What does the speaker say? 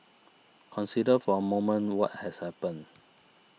consider for a moment what has happened